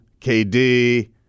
KD